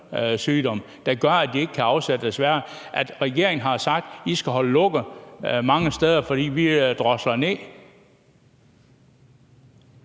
varer desværre ikke kan afsættes. Regeringen har jo sagt, at vi skal holde lukket mange steder, fordi vi drosler ned.